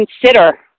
consider